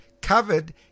covered